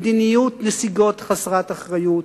מדיניות נסיגות חסרת אחריות,